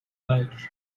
ledge